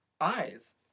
eyes